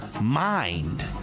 mind